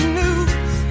news